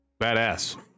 Badass